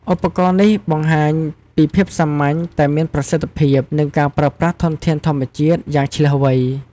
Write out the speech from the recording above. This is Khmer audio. ឧបករណ៍នេះបង្ហាញពីភាពសាមញ្ញតែមានប្រសិទ្ធភាព និងការប្រើប្រាស់ធនធានធម្មជាតិយ៉ាងឈ្លាសវៃ។